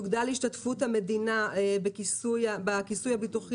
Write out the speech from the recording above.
תוגדל השתתפות המדינה בכיסוי הביטוחי